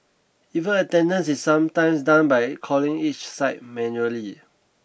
even attendance is sometimes done by calling each site manually